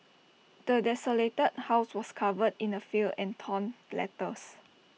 the desolated house was covered in filth and torn letters